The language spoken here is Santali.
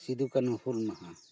ᱥᱤᱫᱩ ᱠᱟᱹᱱᱦᱩ ᱦᱩᱞ ᱢᱟᱦᱟᱸ